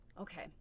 okay